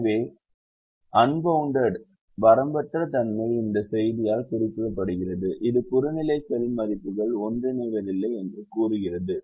எனவே வரம்பற்ற தன்மை இந்த செய்தியால் குறிக்கப்படுகிறது இது புறநிலை செல் மதிப்புகள் ஒன்றிணைவதில்லை என்று கூறுகிறது